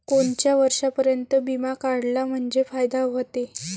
कोनच्या वर्षापर्यंत बिमा काढला म्हंजे फायदा व्हते?